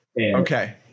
Okay